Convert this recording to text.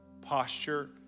posture